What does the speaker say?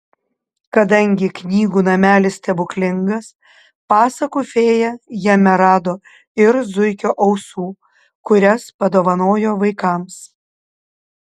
kadangi knygų namelis stebuklingas pasakų fėja jame rado ir zuikio ausų kurias padovanojo vaikams